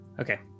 okay